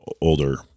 older